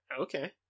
Okay